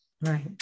Right